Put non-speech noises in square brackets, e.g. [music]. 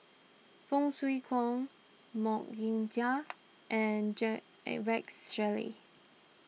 Foo Kwee Horng Mok Ying Jang [noise] and J [hesitation] Rex Shelley